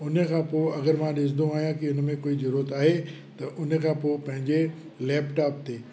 उन खां पोइ अगरि मां ॾिसंदो आहियां कि उन में कोई ज़रूरत आहे त उन खां पोइ पंहिंजे लैपटॉप ते